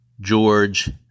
George